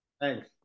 thanks